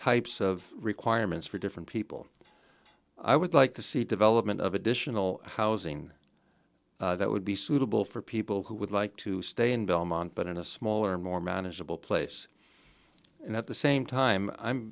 types of requirements for different people i would like to see development of additional housing that would be suitable for people who would like to stay in belmont but in a smaller more manageable place and at the same time i'm